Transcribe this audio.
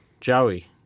Joey